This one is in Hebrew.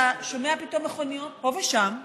אתה שומע פתאום מכוניות פה ושם,